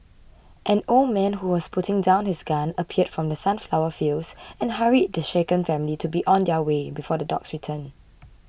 an old man who was putting down his gun appeared from the sunflower fields and hurried the shaken family to be on their way before the dogs return